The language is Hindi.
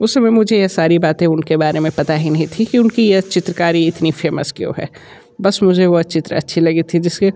उस समय मुझे यह सारी बातें उनके बारे में पता ही नहीं थी कि उनकी यह चित्रकारी इतनी फ़ेमस क्यों है बस मुझे वह चित्र अच्छी लगी थी जिसके